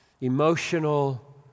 emotional